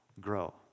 Grow